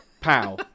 pow